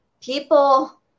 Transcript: people